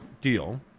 deal